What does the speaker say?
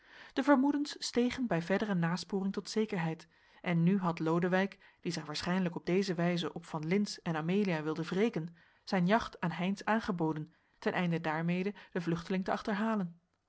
de vermoedens stegen bij verdere nasporing tot zekerheid en nu had lodewijk die zich waarschijnlijk op deze wijze op van lintz en amelia wilde wreken zijn jacht aan heynsz aangeboden ten einde daarmede den vluchteling